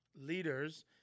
Leaders